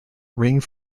ring